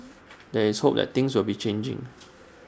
there is hope that things will be changing